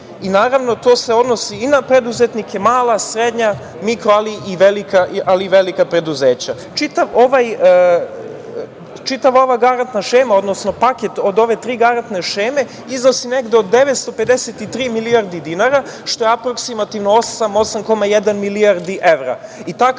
Naravno, to se odnosi i na preduzetnike, mala, srednja, mikro, ali i velika preduzeća. Čitava ova garantna šema, odnosno paket od ove tri garantne šeme iznosi negde od 953 milijardi dinara, što je aproksimativno osam, 8,1 milijardi evra.